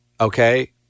okay